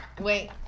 Wait